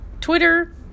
Twitter